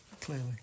clearly